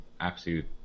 absolute